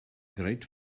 great